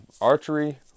archery